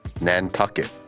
Nantucket